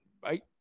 Bye